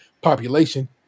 population